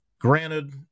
granted